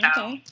Okay